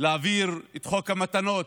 להעביר את חוק המתנות